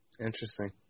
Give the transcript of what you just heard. Interesting